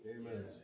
Amen